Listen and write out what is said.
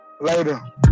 later